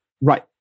right